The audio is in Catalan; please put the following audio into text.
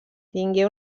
tingué